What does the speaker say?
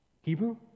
Hebrew